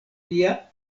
via